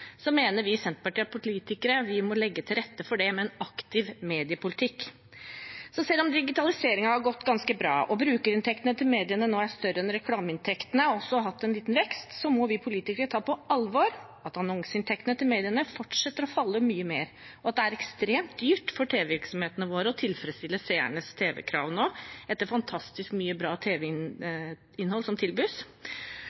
mener vi i Senterpartiet at vi politikere må legge til rette for det med en aktiv mediepolitikk. Så selv om digitaliseringen har gått ganske bra og brukerinntektene til mediene nå er større enn reklameinntektene og også har hatt en liten vekst, må vi politikere ta på alvor at annonseinntektene til mediene fortsetter å falle mye mer, og at det er ekstremt dyrt for tv-virksomhetene våre å tilfredsstille seernes tv-krav nå, etter fantastisk mye bra